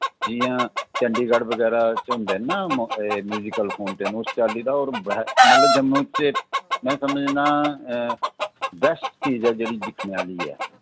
जि'यां चंडीगढ़ बगैरा च होंदे न म्यूजीकल फाउंटेन उस चाल्ली दा होर जम्मू च में समझनां बैस्ट चीज ऐ जेह्ड़ी दिक्खने आह्ली ऐ